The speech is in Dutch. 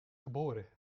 geboren